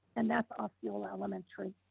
and that's osceola elementary.